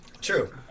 True